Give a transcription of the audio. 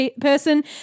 person